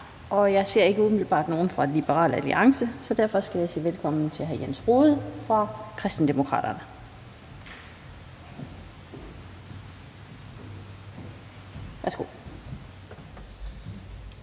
Jeg ser ikke umiddelbart nogen fra Liberal Alliance, så derfor skal jeg sige velkommen til hr. Jens Rohde fra Kristendemokraterne.